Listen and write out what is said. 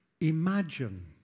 imagine